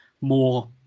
more